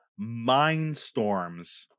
Mindstorms